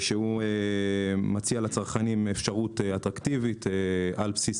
שמציע לצרכנים אפשרות אטרקטיבית על בסיס